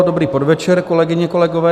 Dobrý podvečer, kolegyně, kolegové.